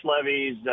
levies